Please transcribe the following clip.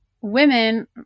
women